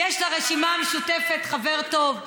יש לרשימה המשותפת חבר טוב,